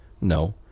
No